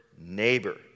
neighbor